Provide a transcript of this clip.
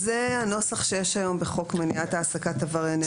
זה הנוסח שיש היום בחוק מניעת העסקת עברייני מין.